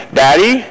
daddy